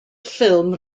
ffilm